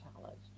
challenge